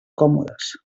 còmodes